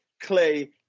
Clay